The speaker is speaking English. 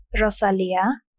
Rosalia